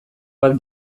bat